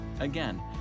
Again